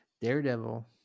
Daredevil